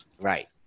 Right